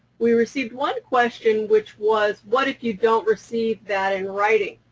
we received one question, which was, what if you don't receive that in writing?